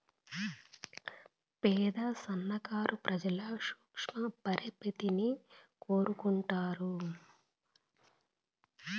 పేద సన్నకారు ప్రజలు సూక్ష్మ పరపతిని కోరుకుంటారు